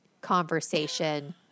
conversation